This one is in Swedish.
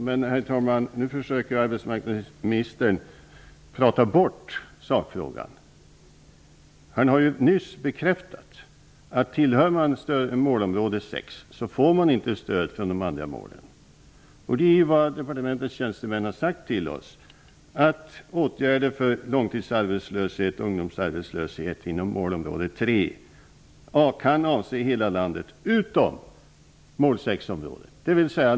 Herr talman! Nu försöker arbetsmarknadsministern att prata bort sakfrågan. Han har nyss bekräftat att man, om man tillhör målområde 6, inte får stöd från medel avseende de andra målen. Departementets tjänstemän har sagt till oss att åtgärder för långtidsarbetslöshet och ungdomsarbetslöshet inom målområde 3 kan avse hela landet utom mål-6-området.